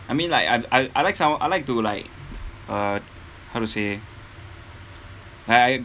I mean like I I I like someone I like to like uh how to say like I